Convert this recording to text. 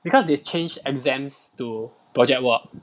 because they changed exams to project work